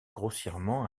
grossièrement